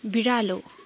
बिरालो